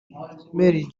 mary